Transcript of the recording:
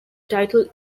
title